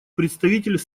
представитель